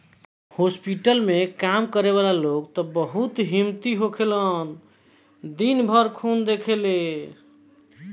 hospital में काम करे वाला लोग त बहुत हिम्मती होखेलन दिन भर खून देखेले